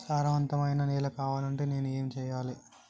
సారవంతమైన నేల కావాలంటే నేను ఏం చెయ్యాలే?